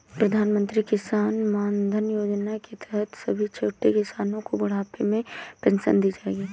प्रधानमंत्री किसान मानधन योजना के तहत सभी छोटे किसानो को बुढ़ापे में पेंशन दी जाएगी